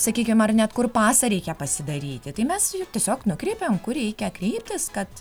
sakykim ar net kur pasą reikia pasidaryti tai mes tiesiog nukreipiam kur reikia kreiptis kad